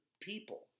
people